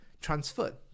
transferred